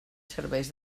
serveis